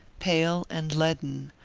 pale and leaden,